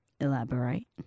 Elaborate